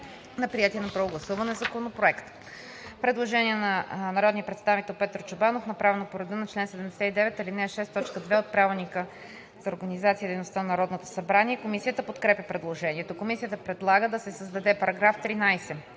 на приетия на първо гласуване Законопроект. Предложение на народния представител Петър Чобанов, направено по реда на чл. 79, ал. 6, т. 2 от Правилника за организация и дейността на Народното събрание. Комисията подкрепя предложението. Комисията предлага да се създаде §13: „§ 13.